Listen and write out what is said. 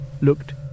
looked